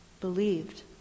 believed